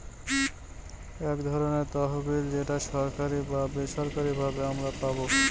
এক ধরনের তহবিল যেটা সরকারি বা বেসরকারি ভাবে আমারা পাবো